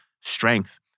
strength